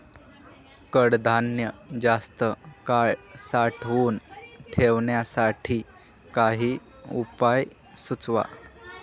कडधान्य जास्त काळ साठवून ठेवण्यासाठी काही उपाय सुचवा?